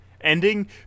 ending